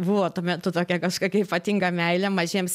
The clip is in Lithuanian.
buvo tuo metu tokia kažkokia ypatinga meilė mažiems